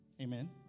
Amen